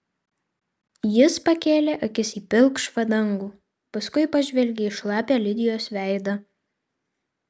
jis pakėlė akis į pilkšvą dangų paskui pažvelgė į šlapią lidijos veidą